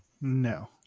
No